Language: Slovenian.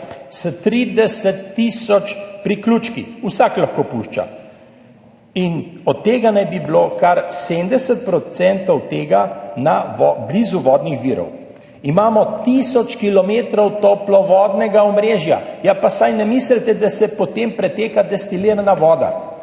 s 30 tisoč priključki, vsak lahko pušča, in od tega naj bi jih bilo kar 70 % blizu vodnih virov. Imamo tisoč kilometrov toplovodnega omrežja. Pa saj ne mislite, da se po tem pretaka destilirana voda!